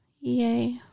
Yay